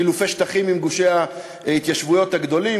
חילופי שטחים עם גושי ההתיישבות הגדולים,